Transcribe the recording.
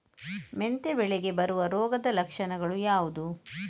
ಮೆಂತೆ ಬೆಳೆಗೆ ಬರುವ ರೋಗದ ಲಕ್ಷಣಗಳು ಯಾವುದು?